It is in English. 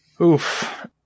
Oof